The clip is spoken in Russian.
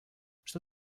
что